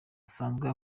asanzwe